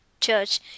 church